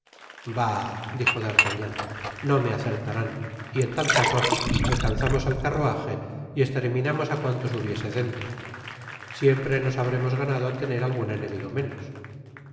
bah dijo d'artagnan no me acertarán y en tal caso alcanzamos al carruaje y esterminamos á cuantos hubiere dentro siempre nos habremos ganado tener algun enemigo menos